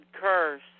curse